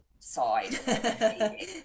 side